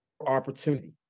opportunity